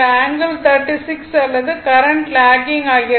இந்த ஆங்கிள் 36 அல்லது current lagging ஆகிறது